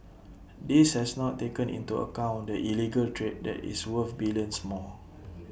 this has not taken into account the illegal trade that is worth billions more